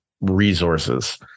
resources